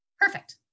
Perfect